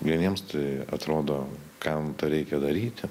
vieniems tai atrodo kam reikia daryti